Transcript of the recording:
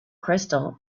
crystal